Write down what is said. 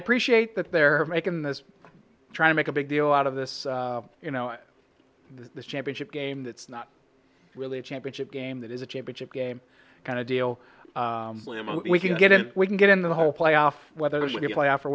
appreciate that they're making this try to make a big deal out of this you know this championship game that's not really a championship game that is a championship game kind of deal we can get in we can get in the whole playoff whether it's the playoffs or